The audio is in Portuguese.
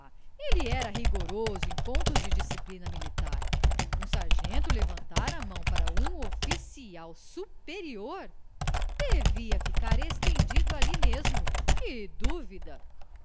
ele era rigoroso em pontos de disciplina militar um sargento levantara a mão para um oficial superior devia ficar estendido ali mesmo que dúvida